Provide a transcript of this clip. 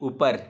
ऊपर